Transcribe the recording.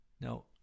Now